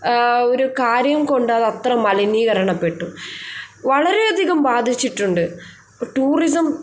ഒരു കാര്യം കൊണ്ടത് അത്ര മലിനീകരണപ്പെട്ടു വളരെ അധികം ബാധിച്ചിട്ടുണ്ട് ഇപ്പോൾ ടൂറിസം